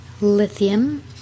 lithium